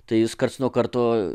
tai jus karts nuo karto